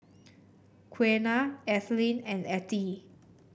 Qiana Ethelyn and Attie